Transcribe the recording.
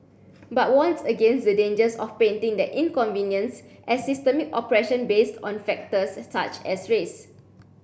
but warns against the dangers of painting that inconvenience as systemic oppression based on factors such as race